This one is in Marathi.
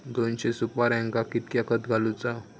दोनशे सुपार्यांका कितक्या खत घालूचा?